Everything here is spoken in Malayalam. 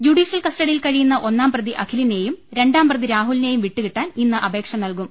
ജുഡീഷ്യൽ കസ്റ്റഡിയിൽ കഴിയുന്ന ഒന്നാംപ്രതി അഖിലിനെയും രണ്ടാംപ്രതി രാഹുലിനെയും വിട്ടുകിട്ടാൻ ഇന്ന് അപേക്ഷ നൽകും